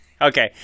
okay